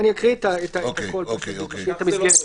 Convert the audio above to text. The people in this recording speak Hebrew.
אני אקריא את הכול, את המסגרת.